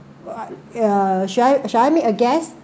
ya should I should I make a guess